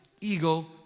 ego